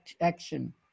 action